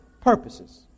purposes